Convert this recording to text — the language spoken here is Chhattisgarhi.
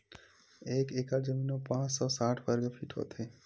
एक एकड़ जमीन मा पांच सौ साठ वर्ग फीट होथे